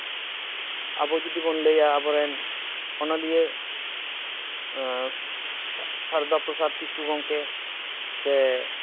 ᱟᱵᱚ ᱡᱩᱫᱤ ᱵᱚᱱ ᱞᱟᱹᱭᱟ ᱟᱵᱚᱨᱮᱱ ᱚᱱᱚᱞᱤᱭᱟᱹ ᱥᱟᱨᱚᱫᱟᱯᱨᱚᱥᱟᱫᱽ ᱠᱤᱥᱠᱩ ᱜᱚᱝᱠᱮ ᱥᱮ